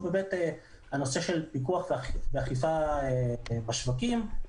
הנושא של פיקוח ואכיפה בשווקים,